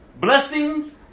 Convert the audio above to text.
Blessings